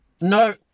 No